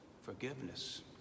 forgiveness